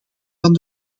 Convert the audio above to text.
van